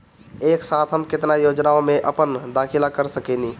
एक साथ हम केतना योजनाओ में अपना दाखिला कर सकेनी?